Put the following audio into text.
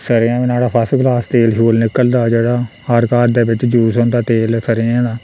सरे'आं बी नुहाड़ा फस्ट क्लास तेल छूल निकलदा जेह्ड़ा हर घर दे बिच्च यूज होंदा तेल सरे'आं दा